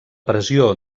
pressió